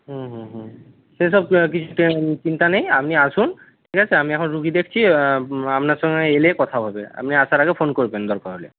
হুম হুম হুম সেই সব কিছুতে চিন্তা নেই আপনি আসুন ঠিক আছে আমি এখন রোগী দেখছি আপনার সঙ্গে এলে কথা হবে আপনি আসার আগে ফোন করবেন দরকার হলে